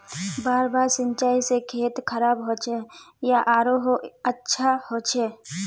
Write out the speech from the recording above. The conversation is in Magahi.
बार बार सिंचाई से खेत खराब होचे या आरोहो अच्छा होचए?